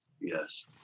Yes